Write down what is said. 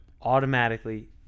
Automatically